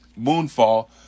Moonfall